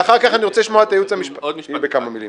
ואחר כך אני רוצה לשמוע את הייעוץ המשפטי בכמה מילים?